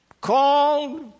Called